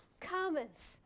comments